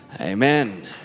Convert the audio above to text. Amen